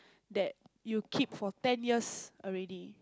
that you keep for ten years already